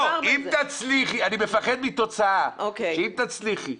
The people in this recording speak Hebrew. לא, אני מפחד מתוצאה שאם תצליחי,